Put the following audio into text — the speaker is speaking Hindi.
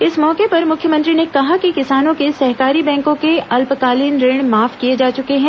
इस मौके पर मुख्यमंत्री ने कहा कि किसानों के सहकारी बैंकों के अल्पकालीन ऋण माफ किए जा चुके हैं